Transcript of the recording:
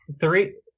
three